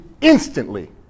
instantly